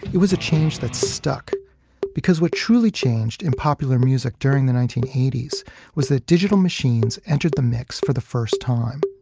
it was a change that stuck because what truly changed in popular music during the nineteen eighty s was that digital machines entered the mix for the first time,